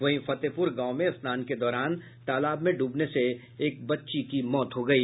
वहीं फतेहपुर गांव में स्नान के दौरान तालाब में डूबने से एक बच्ची की मौत हो गयी